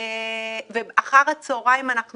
ואחר הצהריים אנחנו